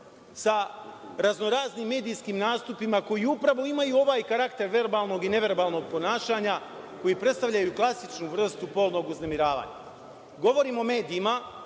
sa raznoraznim medijskim nastupima koji upravo imaju ovaj karakter verbalnog i neverbalnog ponašanja koji predstavljaju klasičnu vrstu polnog uznemiravanja. Govorim o medijima,